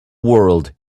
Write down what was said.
world